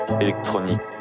Électronique